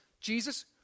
Jesus